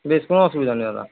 বেশ কোনো অসুবিধা না